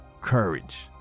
courage